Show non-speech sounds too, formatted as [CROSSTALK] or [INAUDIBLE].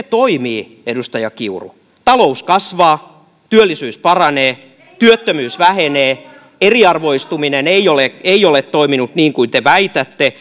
[UNINTELLIGIBLE] toimii edustaja kiuru talous kasvaa työllisyys paranee työttömyys vähenee eriarvoistuminen ei ole ei ole toiminut niin kuin te väitätte [UNINTELLIGIBLE]